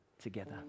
together